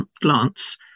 glance